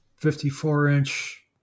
54-inch